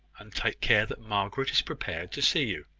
and take care that margaret is prepared to see you.